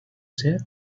ser